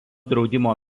draudimo